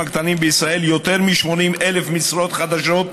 הקטנים בישראל יותר מ-80,000 משרות חדשות.